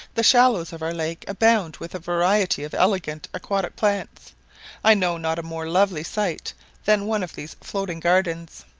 the shallows of our lakes abound with a variety of elegant aquatic plants i know not a more lovely sight than one of these floating gardens.